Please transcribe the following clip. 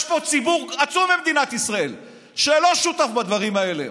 יש פה ציבור עצום במדינת ישראל שלא שותף בדברים האלה.